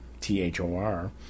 T-H-O-R